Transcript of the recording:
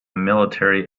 military